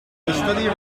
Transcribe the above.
recommended